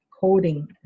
coding